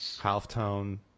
halftone